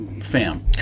Fam